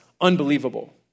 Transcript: unbelievable